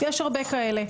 יש הרבה כאלה,